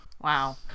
Wow